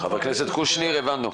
חבר הכנסת קושניר, הבנו.